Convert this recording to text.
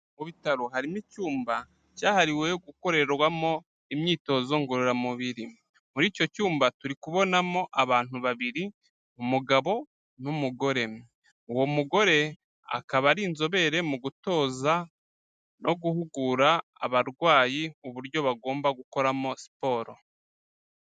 Mu bitaro harimo icyumba cyahariwe gukorerwamo imyitozo ngororamubiri. Muri icyo cyumba turi kubonamo abantu babiri, umugabo n'umugore. Uwo mugore akaba ari inzobere mu gutoza no guhugura abarwayi uburyo bagomba gukoramo siporo.